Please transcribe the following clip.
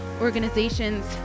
organizations